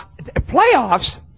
Playoffs